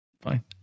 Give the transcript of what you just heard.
Fine